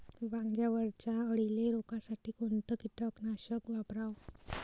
वांग्यावरच्या अळीले रोकासाठी कोनतं कीटकनाशक वापराव?